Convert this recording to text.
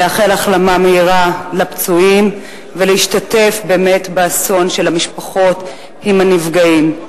לאחל החלמה מהירה לפצועים ולהשתתף באסון של המשפחות עם הנפגעים.